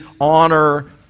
honor